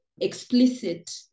explicit